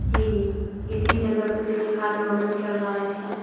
जी जी इसी जगह पर मैंने खाना ऑर्डर करवाया था